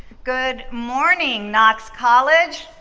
good morning knox college,